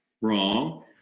Wrong